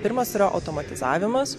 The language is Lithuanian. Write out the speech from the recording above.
pirmas yra automatizavimas